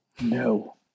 No